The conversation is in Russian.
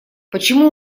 почему